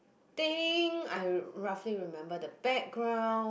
think I roughly remember the background